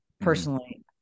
Personally